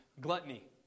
gluttony